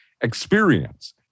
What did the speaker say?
experience